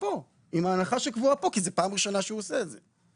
כאן כי זאת פעם ראשונה שהוא עושה את זה.